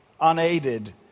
unaided